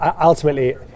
Ultimately